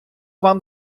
вам